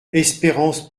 espérance